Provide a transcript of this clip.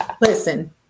Listen